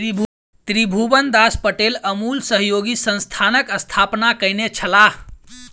त्रिभुवनदास पटेल अमूल सहयोगी संस्थानक स्थापना कयने छलाह